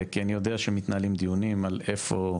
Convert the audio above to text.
כי אני יודע שמתנהלים דיונים על איפה,